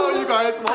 you guys!